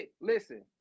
Listen